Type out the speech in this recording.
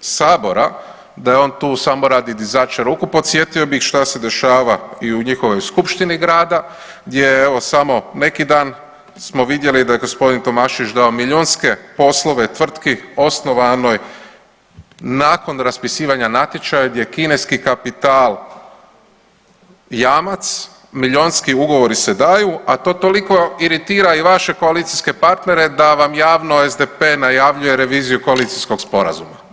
Sabora da je on tu samo radi dizača ruku, podsjetio bih šta se dešava i u njihovoj skupštini grada, gdje je evo samo neki dan smo vidjeli da je gospodine Tomašević dao milijunske poslove tvrtki osnovanoj nakon raspisivanja natječaja, gdje je kineski kapital jamac, milijunski ugovori se daju a to toliko iritira i vaše koalicijske partnere da vam javno SDP najavljuje reviziju koalicijskog sporazuma.